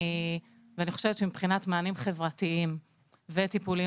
אני חושבת שמבחינת מענים חברתיים וטיפולים,